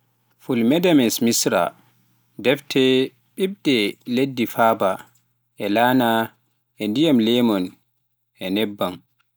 Ful Medames Misra, Defde ɓiɗɓe leɗɗe fava e laana, e ndiyam limoŋ, e nebam.